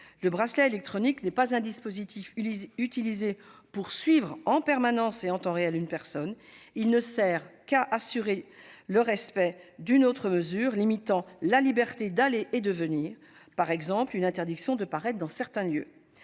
le bracelet électronique n'est pas un dispositif utilisé pour suivre en permanence et en temps réel une personne. Il ne sert qu'à s'assurer du respect d'une autre mesure limitant la liberté d'aller et de venir, par exemple une interdiction de paraître dans certains lieux.